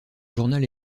journal